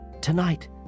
Tonight